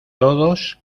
todos